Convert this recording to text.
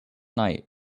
night